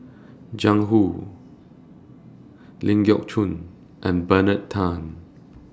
Jiang Hu Ling Geok Choon and Bernard Tan